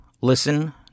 Listen